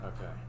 Okay